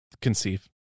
Conceive